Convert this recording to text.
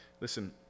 Listen